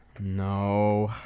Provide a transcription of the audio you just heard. no